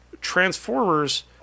Transformers